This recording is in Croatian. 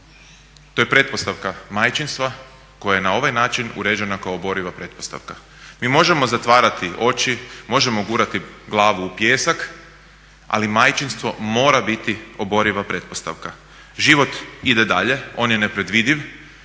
To je pretpostavka majčinstva koja je na ovaj način uređena kao oboriva pretpostavka. Mi možemo zatvarati oči, možemo gurati glavu u pijesak, ali majčinstvo mora biti oboriva pretpostavka. Život ide dalje, on je nepredvidiv,